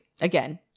again